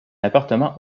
appartement